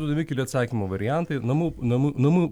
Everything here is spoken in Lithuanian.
duodami keli atsakymo variantai namų namų namų